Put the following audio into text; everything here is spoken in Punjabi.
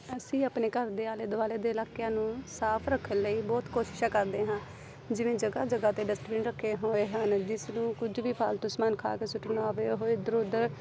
ਅਸੀਂ ਆਪਣੇ ਘਰ ਦੇ ਆਲੇ ਦੁਆਲੇ ਦੇ ਇਲਾਕਿਆਂ ਨੂੰ ਸਾਫ਼ ਰੱਖਣ ਲਈ ਬਹੁਤ ਕੋਸ਼ਿਸ਼ਾਂ ਕਰਦੇ ਹਾਂ ਜਿਵੇਂ ਜਗ੍ਹਾ ਜਗ੍ਹਾ 'ਤੇ ਡਸਟਬਿਨ ਰੱਖੇ ਹੋਏ ਹਨ ਜਿਸ ਨੂੰ ਕੁਝ ਵੀ ਫਾਲਤੂ ਸਮਾਨ ਖਾ ਕੇ ਸੁੱਟਣਾ ਹੋਵੇ ਉਹ ਇੱਧਰ ਉੱਧਰ